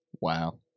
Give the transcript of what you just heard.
Wow